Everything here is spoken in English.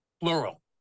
plural